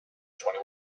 twenty